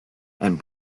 and